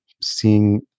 seeing